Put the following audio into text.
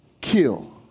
kill